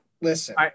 Listen